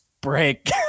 break